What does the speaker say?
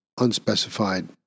unspecified